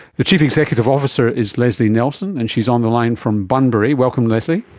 the chief executive officer is lesley nelson, and she is on the line from bunbury. welcome lesley.